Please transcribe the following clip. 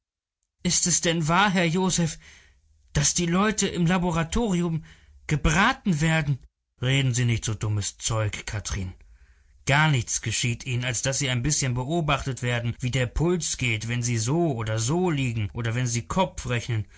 ist es denn wahr herr josef im laboratorium daß die leute da gebraten werden reden sie nicht so dummes zeug kathrin gar nichts geschieht ihnen als daß sie ein bißchen beobachtet werden wie der puls geht wenn sie so oder so liegen oder wenn sie kopfrechnen